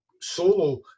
solo